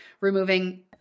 removing